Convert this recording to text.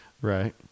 right